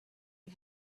you